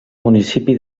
municipi